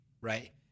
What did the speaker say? right